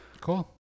Cool